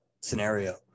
scenario